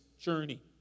journey